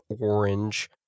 orange